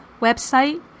website